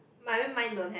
my mean mine don't have